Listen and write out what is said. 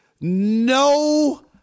no